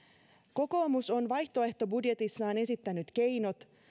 kokoomus on vaihtoehtobudjetissaan esittänyt keinot